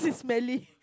smelly